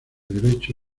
derecho